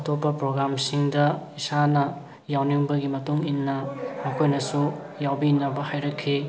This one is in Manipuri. ꯑꯇꯣꯞꯄ ꯄ꯭ꯔꯣꯒꯥꯝꯁꯤꯡꯗ ꯏꯁꯥꯅ ꯌꯥꯎꯅꯤꯡꯕꯒꯤ ꯃꯇꯨꯡ ꯏꯟꯅ ꯃꯈꯣꯏꯅꯁꯨ ꯌꯥꯎꯕꯤꯅꯕ ꯍꯥꯏꯔꯛꯈꯤ